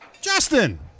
Justin